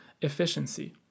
efficiency